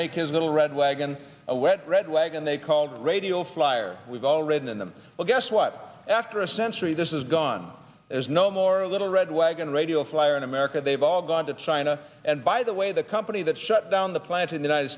make his little red wagon a wet red wagon they called radio flyer we've all read in them well guess what after a century this is gone there's no more little red wagon radio flyer in america they've all gone to china and by the way the company that shut down the plant in the united